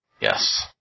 Yes